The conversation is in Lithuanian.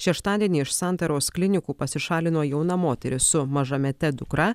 šeštadienį iš santaros klinikų pasišalino jauna moteris su mažamete dukra